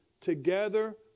together